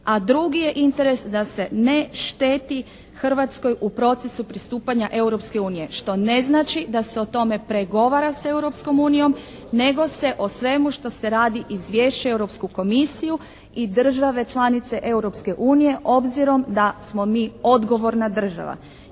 a drugi je interes da se ne šteti Hrvatskoj u procesu pristupanja Europske unije što ne znači da se o tome pregovara s Europskom unijom nego se o svemu što se radi izvješćuje Europsku komisiju i države članice Europske unije obzirom da smo mi odgovorna država.